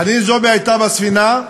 חנין זועבי הייתה בספינה,